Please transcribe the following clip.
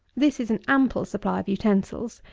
this is an ample supply of utensils,